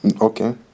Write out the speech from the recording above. okay